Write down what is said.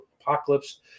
apocalypse